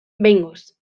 behingoz